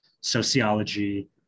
sociology